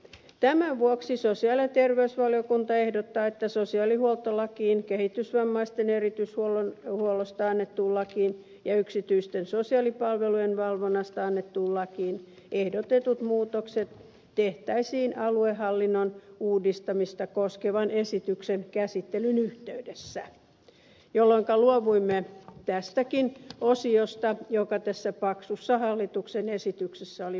tämän vuoksi sosiaali ja terveysvaliokunta ehdottaa että sosiaalihuoltolakiin kehitysvammaisten erityishuollosta annettuun lakiin ja yksityisten sosiaalipalvelujen valvonnasta annettuun lakiin ehdotetut muutokset tehtäisiin aluehallinnon uudistamista koskevan esityksen käsittelyn yhteydessä jolloinka luovuimme tästäkin osiosta joka tässä paksussa hallituksen esityksessä oli mukana